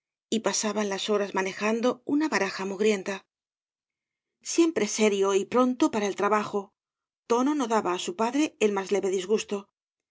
y pasaban las horas manejando una baraja mugrienta siempre serio y pronto para el trabajo tono no daba á su padre el más leve disgusto